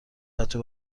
پتو